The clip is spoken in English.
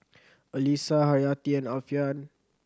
Alyssa Haryati and Alfian